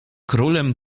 królem